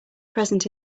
present